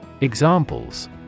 Examples